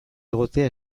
egotea